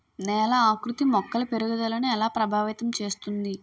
నేల ఆకృతి మొక్కల పెరుగుదలను ఎలా ప్రభావితం చేస్తుంది?